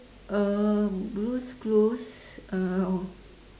uh blue's clues uh